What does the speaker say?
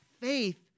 faith